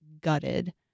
gutted